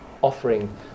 offering